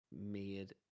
made